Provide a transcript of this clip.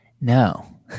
No